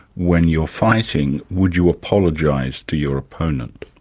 when you're fighting, would you apologise to your opponent?